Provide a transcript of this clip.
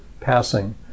passing